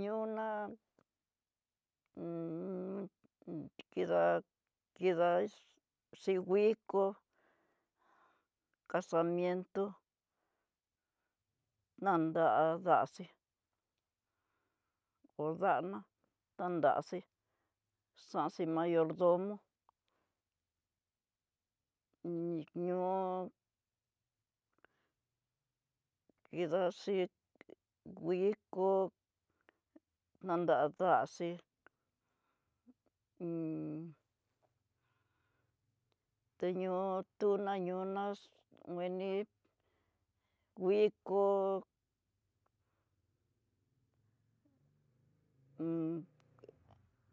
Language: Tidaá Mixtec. Ñoo ná kida kida ex xinguiko, casamiento, nanda'a daxii, hó nda'ana tanraxi xan xi mayordomo, ñóo kidaxi wuikó na dandaxi teñó'o, tuña ñoo ná wuinii wuikó